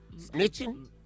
Snitching